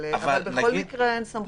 אבל בכל מקרה,